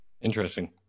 interesting